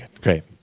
great